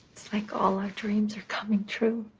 it's like all our dreams are coming true.